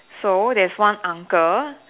so there's one uncle